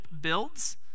builds